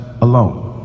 alone